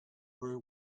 were